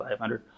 500